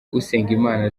usengimana